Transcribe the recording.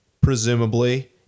presumably